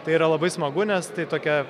tai yra labai smagu nes tai tokia